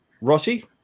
Rossi